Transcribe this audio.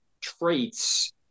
traits